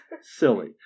silly